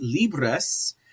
Libres